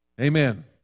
Amen